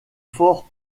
fort